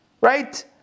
Right